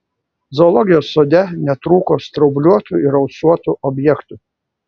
zoologijos sode netrūko straubliuotų ir ausuotų objektų